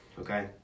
okay